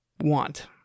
want